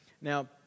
Now